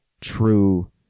true